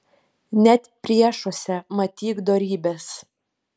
net priešuose matyk dorybes